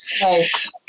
Nice